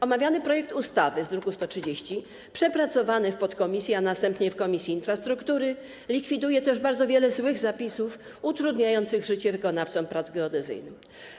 Omawiany projekt ustawy z druku nr 130, przepracowany w podkomisji, a następnie w Komisji Infrastruktury, likwiduje też bardzo wiele złych zapisów utrudniających życie wykonawcom prac geodezyjnych.